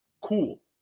cool